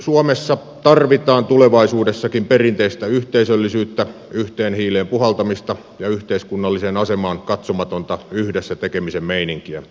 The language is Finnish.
suomessa tarvitaan tulevaisuudessakin perinteistä yhteisöllisyyttä yhteen hiileen puhaltamista ja yhteiskunnalliseen asemaan katsomatonta yhdessä tekemisen meininkiä